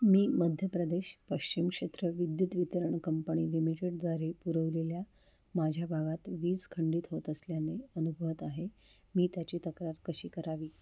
मी मध्य प्रदेश पश्चिम क्षेत्र विद्युत वितरण कंपणी लिमिटेडद्वारे पुरवलेल्या माझ्या भागात वीज खंडित होत असल्याने अनुभवत आहे मी त्याची तक्रार कशी करावी